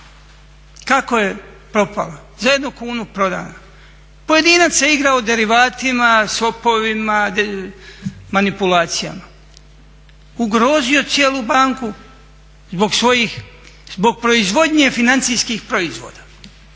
kako je propala za 1 kunu prodana. Pojedinac se igrao derivatima, sopovima, manipulacijama. Ugrozio cijelu banku zbog proizvodnje financijskih proizvoda